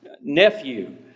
nephew